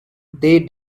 they